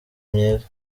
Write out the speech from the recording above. myiza